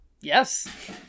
Yes